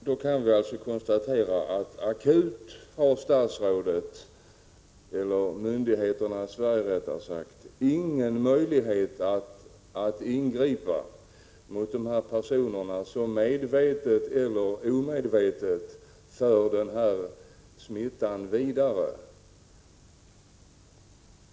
Vi kan då konstatera att statsrådet, eller rättare sagt myndigheterna i Sverige, inte har någon möjlighet att akut ingripa mot de personer som medvetet eller omedvetet för smittan vidare.